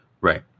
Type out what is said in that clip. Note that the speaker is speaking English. Right